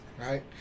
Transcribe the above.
right